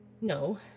No